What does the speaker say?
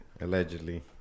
Allegedly